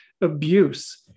abuse